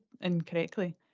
incorrectly